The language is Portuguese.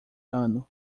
ano